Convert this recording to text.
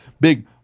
big